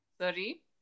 sorry